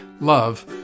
love